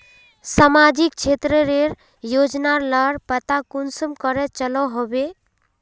सामाजिक क्षेत्र रेर योजना लार पता कुंसम करे चलो होबे?